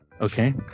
Okay